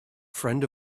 friend